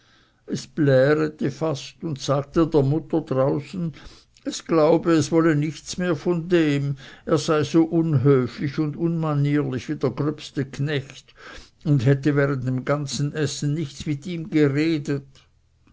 es plärete fast und sagte der mutter draußen es glaube es wolle nichts mehr von dem er sei so unhöflich und unmanierlich wie der gröbste knecht und hätte während dem ganzen essen nichts mit ihm geredet